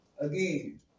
Again